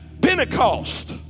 Pentecost